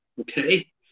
okay